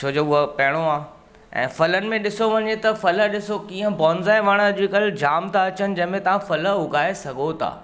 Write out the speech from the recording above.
छोजो हुअ पहिरों आहे ऐं फलनि में ॾिसो वञे त फल ॾिसो कीअं बॉन्ज़ाए वण अॼुकल्ह जाम त अचनि जंहिंमें तव्हां फल उॻाए सघो था